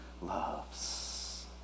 loves